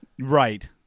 right